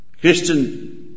Christian